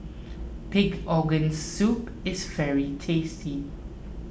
Pig's Organ Soup is very tasty